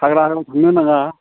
हाग्रा हाग्रा थांनो नाङा